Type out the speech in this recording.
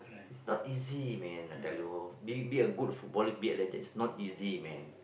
it's not easy man I tell you be be a good footballer be like that is not easy man